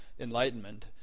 enlightenment